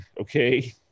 okay